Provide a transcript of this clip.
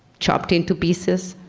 chopped into pieces,